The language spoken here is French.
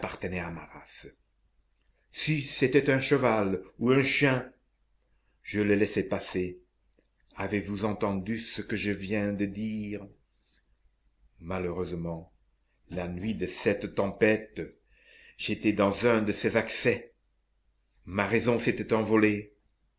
si c'était un cheval ou un chien je le laissais passer avez-vous entendu ce que je viens de dire malheureusement la nuit de cette tempête j'étais dans un de ces accès ma raison s'était envolée